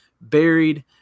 buried